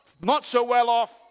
not-so-well-off